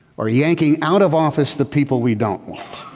or yanking out of office the people we don't want.